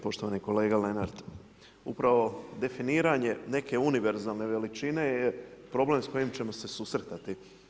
Poštovani kolega Lenart, upravo definiranje neke univerzalne veličine je problem s kojim ćemo se susretati.